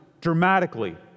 dramatically